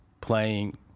playing